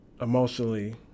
emotionally